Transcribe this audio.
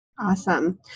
Awesome